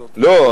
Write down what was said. לא,